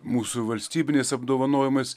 mūsų valstybiniais apdovanojimais